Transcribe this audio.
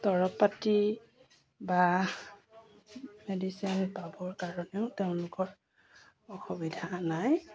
দৰৱ পাতি বা মেডিচিন পাবৰ কাৰণেও তেওঁলোকৰ অসুবিধা নাই